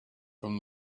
from